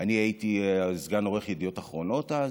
אני הייתי סגן עורך ידיעות אחרונות אז,